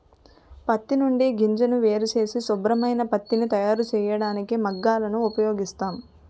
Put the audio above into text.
పత్తి నుండి గింజను వేరుచేసి శుభ్రమైన పత్తిని తయారుచేయడానికి మగ్గాలను ఉపయోగిస్తాం